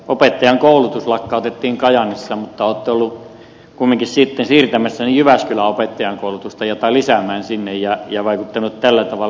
opettajankoulutus lakkautettiin kajaanissa mutta olette olleet kuitenkin sitten lisäämässä jyväskylän opettajankoulutusta ja vaikuttaneet tällä tavalla